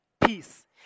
peace